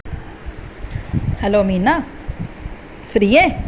hello Meena free आहीं